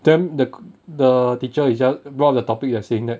then the the teacher 一下 brought the topic you are saying that